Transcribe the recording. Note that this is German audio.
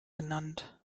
genannt